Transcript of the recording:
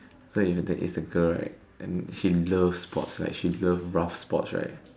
so that's if is a girl right if she loves sports she love rough sports right